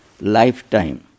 lifetime